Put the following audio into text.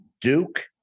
Duke